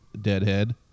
deadhead